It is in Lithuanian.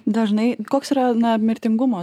dažnai koks yra na mirtingumo